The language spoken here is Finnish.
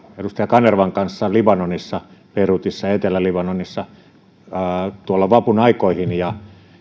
edustaja kanervan kanssa libanonissa beirutissa ja etelä libanonissa vapun aikoihin ja